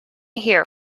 here